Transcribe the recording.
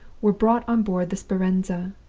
were brought on board the speranza.